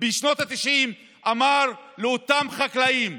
בשנות התשעים בג"ץ אמר לאותם חקלאים,